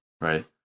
right